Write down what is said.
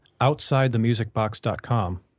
outsidethemusicbox.com